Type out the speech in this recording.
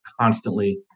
constantly